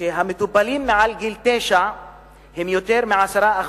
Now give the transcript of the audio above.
שהמטופלים מעל גיל תשע הם יותר מ-10%,